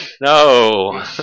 No